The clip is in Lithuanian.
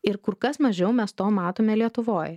ir kur kas mažiau mes to matome lietuvoj